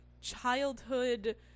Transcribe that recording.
childhood